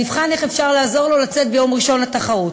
ואני אבחן איך אפשר לעזור לו לצאת ביום ראשון לתחרות.